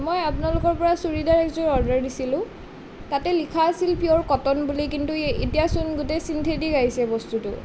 মই আপোনালোকৰ তাৰ পৰা চুৰিদাৰ এযোৰ অৰ্ডাৰ দিছিলোঁ তাতে লিখা আছিল পিয়'ৰ কটন বুলি কিন্তু এতিয়াচোন গোটেই ছিনথেটিক আহিছে বস্তুটো